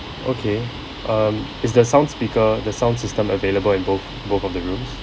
okay um is the sound speaker the sound system available in both both of the rooms